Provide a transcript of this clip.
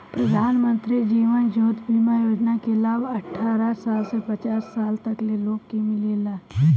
प्रधानमंत्री जीवन ज्योति बीमा योजना के लाभ अठारह साल से पचास साल तक के लोग के मिलेला